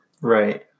Right